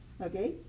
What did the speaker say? Okay